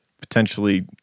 potentially